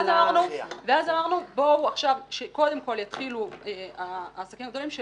אמרנו שקודם כל יתחילו העסקים הגדולים,